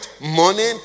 morning